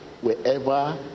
wherever